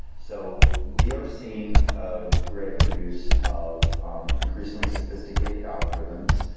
so we are seeing a greater use of um increasingly sophisticated algorithms,